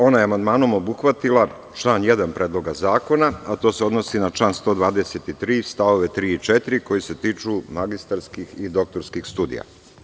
Ona je amandmanom obuhvatila član 1. Predloga zakona, a to se odnosi na član 123. st. 3. i 4. koji se tiču magistarskih i doktorskih studija.